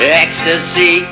ecstasy